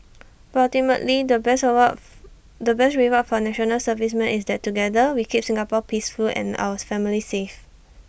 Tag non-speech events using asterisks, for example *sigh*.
but ultimately the best award *noise* the best reward for National Servicemen is that together we keep Singapore peaceful and ours families safe